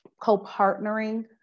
co-partnering